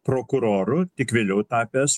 prokuroru tik vėliau tapęs